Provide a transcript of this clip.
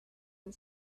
and